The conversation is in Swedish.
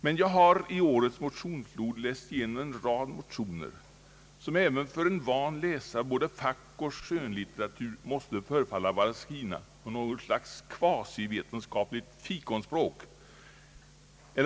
Men jag har i årets motionsflod läst igenom en rad motioner, som även för en van läsare av både fackoch skönlitteratur måste förefalla vara skrivna på något slags kvasivetenskapligt fikonspråk.